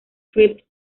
three